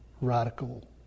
radical